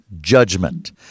Judgment